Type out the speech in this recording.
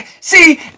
See